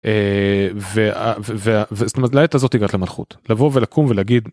וה... זאת אומרת, לעת הזאת הגעת למלכות. לבוא ולקום ולהגיד